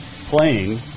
playing